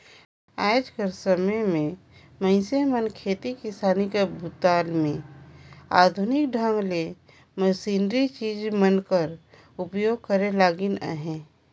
आएज कर समे मे मइनसे मन खेती किसानी कर काम बूता मे आधुनिक ढंग ले मसीनरी चीज मन कर उपियोग करे लगिन अहे